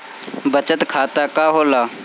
बचत खाता का होला?